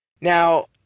Now